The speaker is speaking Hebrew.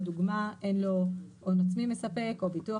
לדוגמא: אין לו הון עצמי מספק או ביטוח